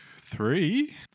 three